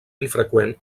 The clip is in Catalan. infreqüent